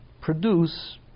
produce